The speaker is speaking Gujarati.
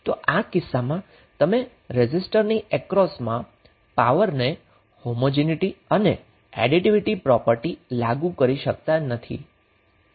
તો આ કિસ્સામાં તમે રેઝિસ્ટરની એક્રોસમા પાવર ને હોમોજીનીટી અને એડીટીવીટી પ્રોપર્ટી લાગુ કરી શકતા નથી